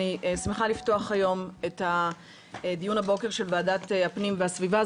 אני שמחה לפתוח הבוקר את הדיון של ועדת הפנים והגנת הסביבה.